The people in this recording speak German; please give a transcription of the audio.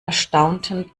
erstaunten